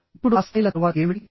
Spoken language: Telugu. ఇప్పుడు ఆ స్థాయిల తరువాత ఏమిటి